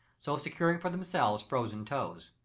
so securing for themselves frozen toes.